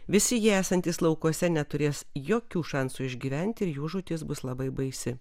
visi jie esantys laukuose neturės jokių šansų išgyventi ir jų žūtis bus labai baisi